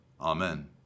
Amen